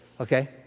Okay